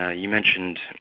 ah you mentioned,